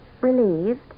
Relieved